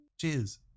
Cheers